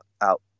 out